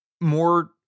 more